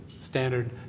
standard